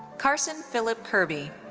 carson phillip kirby.